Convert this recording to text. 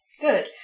Good